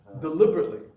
deliberately